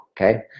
okay